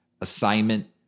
assignment